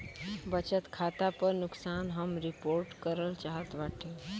बचत खाता पर नुकसान हम रिपोर्ट करल चाहत बाटी